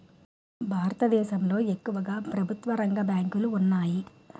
భారతదేశంలో ఎక్కువుగా ప్రభుత్వరంగ బ్యాంకులు ఉన్నాయి